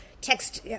text